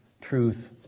truth